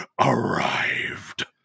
arrived